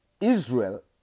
Israel